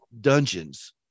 dungeons